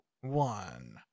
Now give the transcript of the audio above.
one